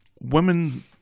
Women